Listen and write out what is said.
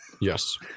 Yes